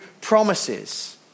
promises